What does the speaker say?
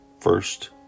first